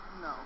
No